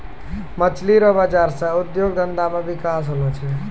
मछली रो बाजार से उद्योग धंधा मे बिकास होलो छै